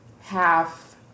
half